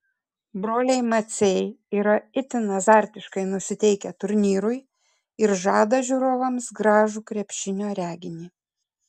broliai maciai yra itin azartiškai nusiteikę turnyrui ir žada žiūrovams gražų krepšinio reginį